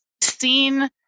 seen